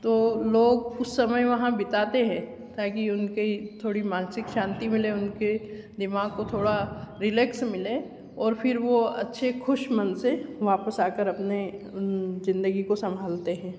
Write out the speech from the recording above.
तो लोग कुछ समय वहाँ बिताते है ताकि उनकी थोड़ी मानसिक शांति मिले उनके दिमाग को थोड़ा रिलैक्स मिले और फिर वो अच्छे खुश मन से वापस आकर अपने ज़िंदगी को संभालते हैं